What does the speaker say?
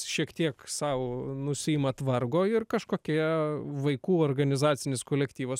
šiek tiek sau nusiimat vargo ir kažkokie vaikų organizacinis kolektyvas